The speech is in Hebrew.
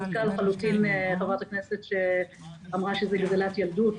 צדקה לחלוטין חברת הכנסת שאמרה שזה גזלת ילדות.